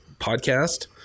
podcast